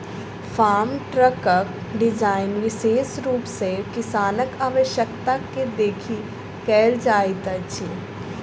farm ट्रकक design विशेष रूप सॅ किसानक आवश्यकता के देखि कयल जाइत अछि